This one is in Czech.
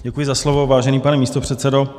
Děkuji za slovo, vážený pane místopředsedo.